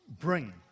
bring